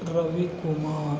Ravikumar